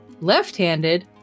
left-handed